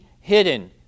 hidden